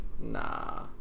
nah